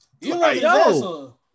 yo